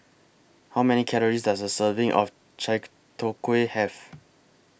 How Many Calories Does A Serving of Chai Tow Kway Have